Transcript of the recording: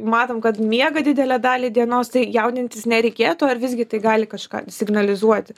matom kad miega didelę dalį dienos tai jaudintis nereikėtų ar visgi tai gali kažką signalizuoti